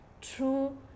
true